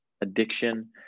addiction